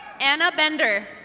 anna bender.